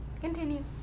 Continue